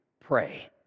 pray